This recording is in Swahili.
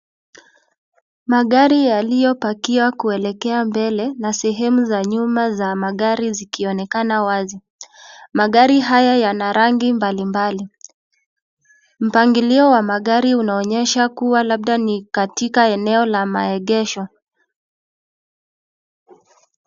Magari yaliyopakiwa kuelekea mbele na sehemu za nyuma za magari zikionekana wazi. Magari haya yana rangi mbalimbali. Mpangilio wa magari unaonyesha labda ni katika eneo la maegesho.